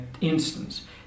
instance